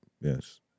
Yes